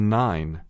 nine